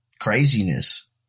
craziness